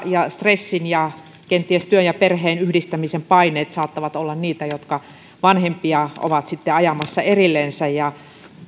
ja stressin ja kenties työn ja perheen yhdistämisen paineet saattavat olla niitä jotka vanhempia ovat sitten ajamassa erillensä